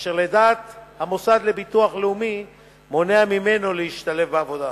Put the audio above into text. אשר לדעת המוסד לביטוח לאומי מונע ממנו להשתלב בעבודה.